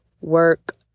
work